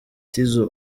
tizzo